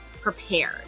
prepared